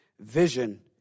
Vision